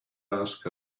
ask